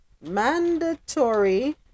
mandatory